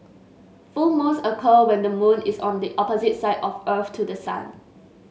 full moons occur when the moon is on the opposite side of earth to the sun